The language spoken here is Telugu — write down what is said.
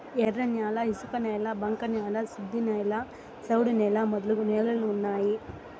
ఎర్రన్యాల ఇసుకనేల బంక న్యాల శుద్ధనేల సౌడు నేల మొదలగు నేలలు ఉన్నాయి